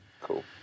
Cool